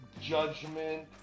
judgment